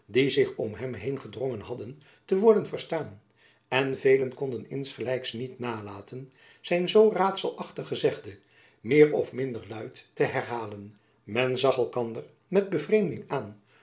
zich om hem heen gedrongen hadden te worden verstaan en velen konden insgelijks niet nalaten zijn zoo raadselachtig gezegde meer of minder luid te herhajacob van lennep elizabeth musch len men zag elkander met bevreemding aan